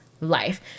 life